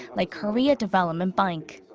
like korea development bank.